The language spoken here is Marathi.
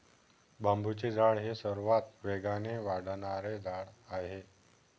बांबूचे झाड हे सर्वात वेगाने वाढणारे झाड आहे